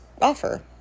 offer